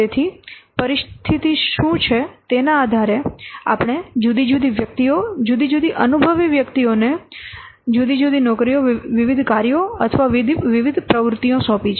તેથી પરિસ્થિતિ શું છે તેના આધારે આપણે જુદી જુદી વ્યક્તિઓ જુદી જુદી અનુભવી વ્યક્તિઓને જુદી જુદી નોકરીઓ વિવિધ કાર્યો અથવા વિવિધ પ્રવૃત્તિઓ સોંપી છે